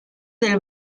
del